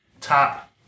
top